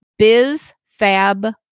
bizfab